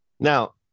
Now